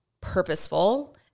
purposeful